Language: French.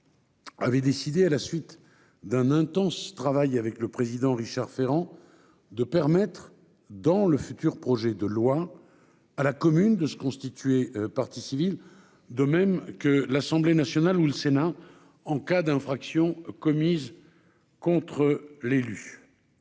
avait décidé, à la suite d'un intense travail avec M. Richard Ferrand, de permettre, dans un futur projet de loi, à la commune de se constituer partie civile, de même que l'Assemblée nationale ou le Sénat en cas d'infraction commise contre l'un